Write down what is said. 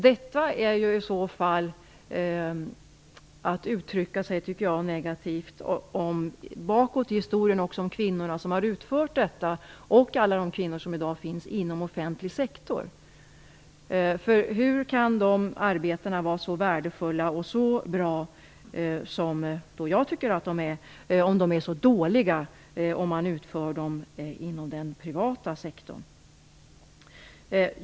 Det är ju i så fall att uttrycka sig negativt om de kvinnor som bakåt i historien har utfört detta arbete och alla de kvinnor som i dag finns inom offentlig sektor. Hur kan dessa arbeten var så värdefulla och så bra, som jag tycker att de är, om de är så dåliga om de utförs inom den privata sektorn?